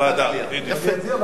לוועדה, בדיוק.